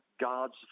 God's